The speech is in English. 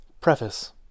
Preface